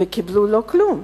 והם קיבלו לא כלום,